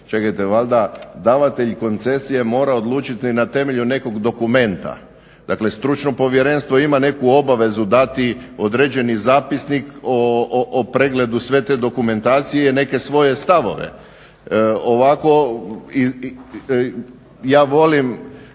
Čekajte, valjda davatelj koncesije mora odlučiti na temelju nekog dokumenta. Dakle, stručno povjerenstvo ima neku obavezu datu određeni zapisnik o pregledu sve te dokumentacije neke svoje stavove. Ovako, ja volim,